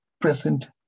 present